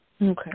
Okay